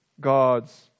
God's